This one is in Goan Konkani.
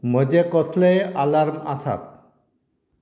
म्हजे कसलेय आलार्म आसात